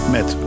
Met